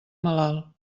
malalt